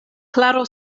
klaro